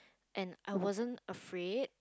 and I wasn't afraid